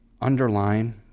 underline